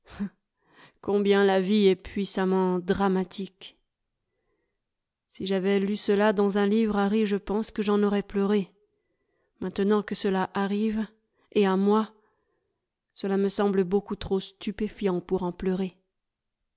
combien la vie est puissamment dramatique si j'avais lu cela dans un livre ilarry je pense que j'en aurais pleuré maintenant que cela arrive et à moi cela me semble beaucoup trop stupéfiant pour en pleurer